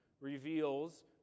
reveals